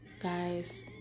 Guys